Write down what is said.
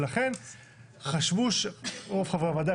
ולכן רוב חברי הוועדה,